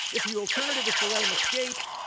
if the alternative is to let him escape